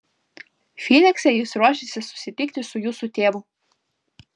fynikse jis ruošėsi susitikti su jūsų tėvu